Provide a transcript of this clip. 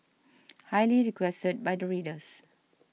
highly requested by the readers